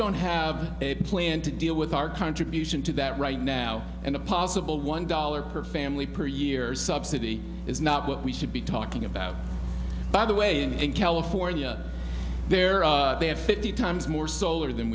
don't have a plan to deal with our contribution to that right now and a possible one dollar per family per year subsidy is not what we should be talking about by the way in california there are they have fifty times more solar than